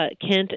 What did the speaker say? Kent